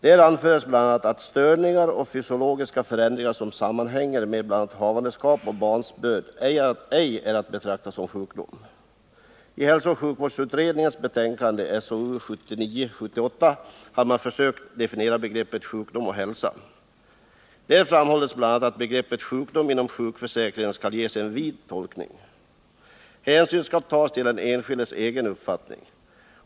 Där anfördes bl.a. att ”de störningar och fysiologiska förändringar som sammanhänger med bl.a. havandeskap och barnsbörd ej är att betrakta som sjukdom”. I hälsooch sjukvårdsutredningens betänkande har man försökt definiera begreppen sjukdom och hälsa. Där framhålls bl.a. att ”begreppet sjukdom inom sjukförsäkringen skall ges en vid tolkning. Hänsyn skall tas till den enskildes egen uppfattning.